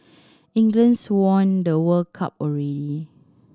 England's won the World Cup already